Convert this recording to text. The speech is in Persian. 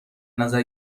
نظر